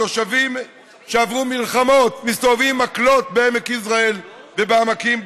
תושבים שעברו מלחמות מסתובבים עם מקלות בעמק יזרעאל ובעמקים,